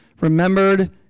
remembered